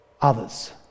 Others